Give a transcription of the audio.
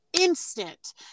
instant